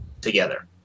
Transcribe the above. Together